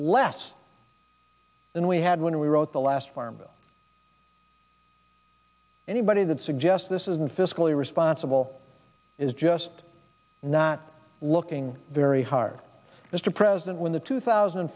less than we had when we wrote the last farm bill anybody that suggests this isn't fiscally responsible is just not looking very hard mr president when the two thousand